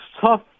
tough